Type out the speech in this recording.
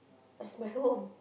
where's my home